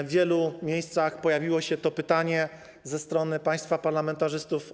W wielu miejscach pojawiło się to pytanie ze strony państwa parlamentarzystów.